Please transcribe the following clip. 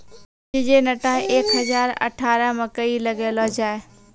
Syngenta एक हजार अठारह मकई लगैलो जाय?